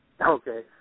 Okay